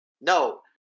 no